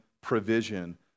provision